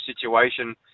situation